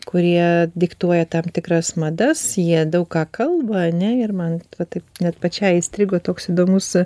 kurie diktuoja tam tikras madas jie daug ką kalba ane ir man va taip net pačiai įstrigo toks įdomus